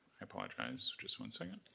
i apologize, just one second.